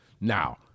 now